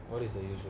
what is the user